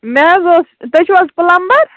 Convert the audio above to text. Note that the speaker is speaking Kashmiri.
مےٚ حظ اوس تُہۍ چھُو حظ پُلَمبَر